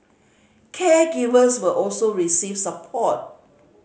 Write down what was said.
caregivers will also receive support